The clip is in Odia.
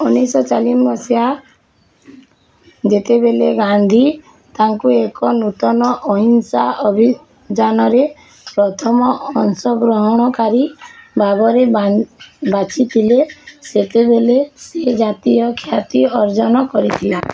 ଉଣେଇଶଶହ ଚାଳିଶ ମସିହା ଯେତେବେଲେ ଗାନ୍ଧୀ ତାଙ୍କୁ ଏକ ନୂତନ ଅହିଂସା ଅଭିଯାନରେ ପ୍ରଥମ ଅଂଶଗ୍ରହଣକାରୀ ଭାବରେ ବା ବାଛିଥିଲେ ସେତେବେଲେ ସିଏ ଜାତୀୟ ଖ୍ୟାତି ଅର୍ଜନ କରିଥିଲା